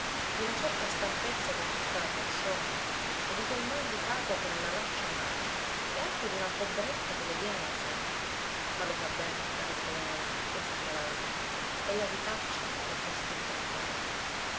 d'una certa stanchezza per tutta la persona e di quel mal di capo che non la lascia mai e anche d'una febbretta che le viene la sera ma lo sa bene da che provengono tutti questi malanni è la vitaccia che è costretta a fare